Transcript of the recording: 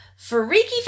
freaky